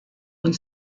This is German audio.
und